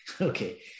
Okay